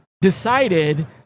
decided